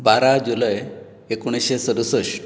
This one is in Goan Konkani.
बारा जुलय एकुणिशे सदुसश्ट